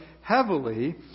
heavily